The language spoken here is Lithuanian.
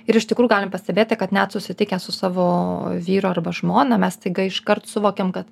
ir iš tikrųjų galim pastebėti kad net susitikę su savo vyru arba žmona mes staiga iškart suvokiam kad